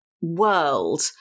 world